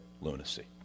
lunacy